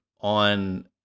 on